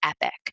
epic